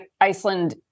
Iceland